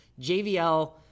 JVL